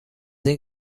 این